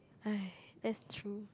that's true